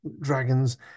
dragons